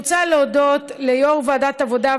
להודות ליושב-ראש ועדת העבודה,